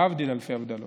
להבדיל אלפי הבדלות.